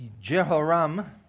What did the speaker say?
Jehoram